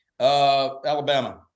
Alabama